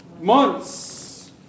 months